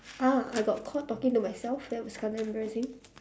ah I got caught talking to myself that was kinda embarrassing